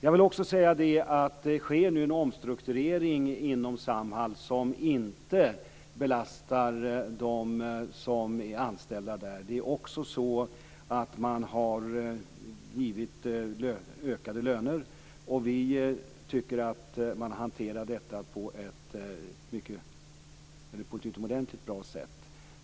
Nu sker det en omstrukturering inom Samhall som inte belastar dem som är anställda där. Man har också givit ökade löner. Vi tycker att man hanterar detta på ett utomordentligt bra sätt.